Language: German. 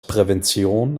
prävention